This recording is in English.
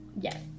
Yes